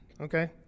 okay